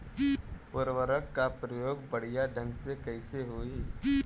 उर्वरक क प्रयोग बढ़िया ढंग से कईसे होई?